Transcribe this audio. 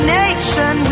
nation